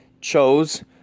chose